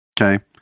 Okay